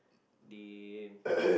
they